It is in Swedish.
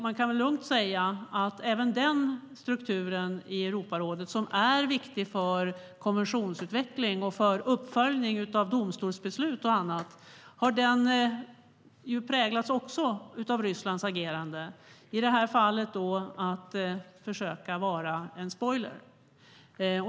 Man kan lugnt säga att även den strukturen i Europarådet, som är viktig för konventionsutveckling och uppföljning av domstolsbeslut och annat, har präglats av Rysslands agerande. I det här fallet gäller det försöket att vara en spoiler.